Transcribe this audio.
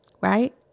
Right